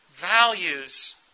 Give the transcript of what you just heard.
values